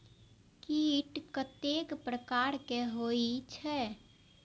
कीट कतेक प्रकार के होई छै?